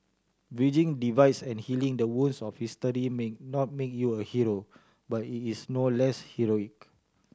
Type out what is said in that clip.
bridging divides and healing the wounds of history may not make you a Hero but it is no less heroic